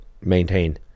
maintain